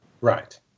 Right